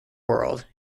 world